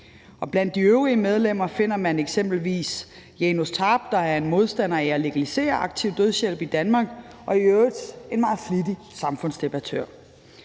blandt de øvrige medlemmer finder man eksempelvis Janus Tarp, der er en modstander af at legalisere aktiv dødshjælp i Danmark og i øvrigt en meget flittig samfundsdebattør.